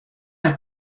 nei